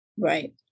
Right